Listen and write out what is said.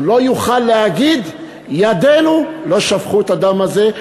הוא לא יוכל להגיד: ידינו לא שפכו את הדם הזה,